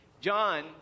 John